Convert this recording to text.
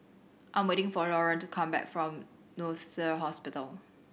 I am waiting for Lauryn to come back from Hospital